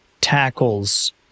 tackles